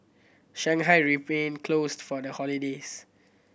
Shanghai remained closed for the holidays